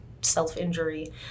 self-injury